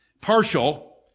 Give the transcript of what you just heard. partial